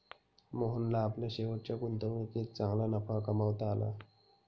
मोहनला आपल्या शेवटच्या गुंतवणुकीत चांगला नफा कमावता आला